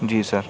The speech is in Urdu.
جی سر